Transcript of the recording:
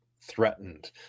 threatened